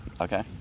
Okay